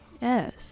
Yes